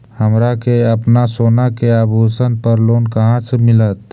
हमरा के अपना सोना के आभूषण पर लोन कहाँ से मिलत?